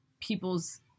people's